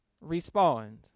respond